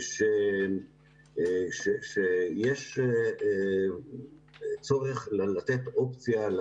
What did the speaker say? שיש צורך לתת אופציה,